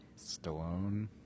Stallone